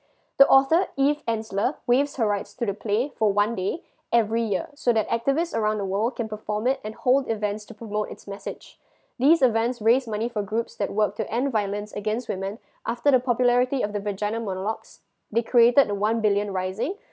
the author eve ensler waives her rights to the play for one day every year so that activist around the world can perform it and hold events to promote it's message these events raise money for groups that work to end violence against women after the popularity of the vagina monologues they created one billion rising